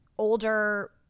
older